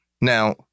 now